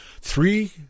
three